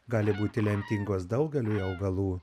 gali būti lemtingos daugeliui augalų